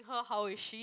her how is she